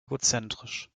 egozentrisch